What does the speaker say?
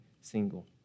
single